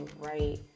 right